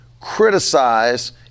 criticize